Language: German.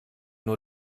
nur